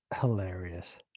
hilarious